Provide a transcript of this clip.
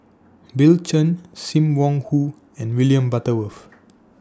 Bill Chen SIM Wong Hoo and William Butterworth